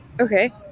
okay